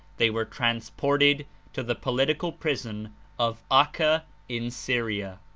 they were transported to the political prison of acca in syria.